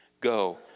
Go